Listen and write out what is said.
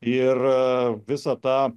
ir visą tą